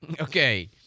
Okay